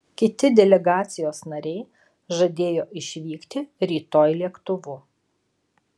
kiti delegacijos nariai žadėjo išvykti rytoj lėktuvu